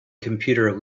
computer